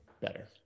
better